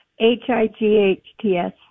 h-i-g-h-t-s